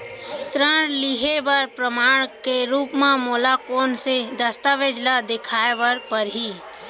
ऋण लिहे बर प्रमाण के रूप मा मोला कोन से दस्तावेज ला देखाय बर परही?